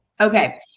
Okay